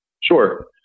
Sure